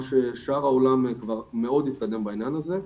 ששאר העולם כבר מאוד התקדמו בעניין הזה.